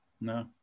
no